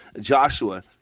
Joshua